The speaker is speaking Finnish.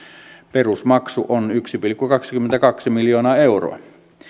perusmaksu on yksi pilkku kaksikymmentäkaksi miljoonaa euroa